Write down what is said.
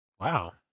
Wow